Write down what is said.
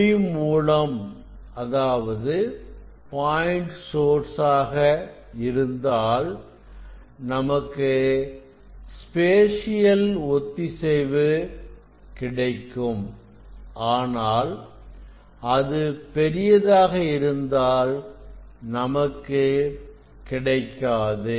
ஒளி மூலம் point source ஆக இருந்தால் நமக்கு ஸ்பேசியல் ஒத்திசைவு கிடைக்கும் ஆனால் அது பெரியதாக இருந்தால் நமக்கு கிடைக்காது